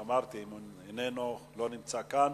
אמרתי, איננו, לא נמצא כאן.